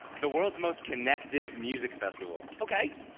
the world's most connective music festival. okay.